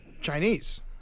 Chinese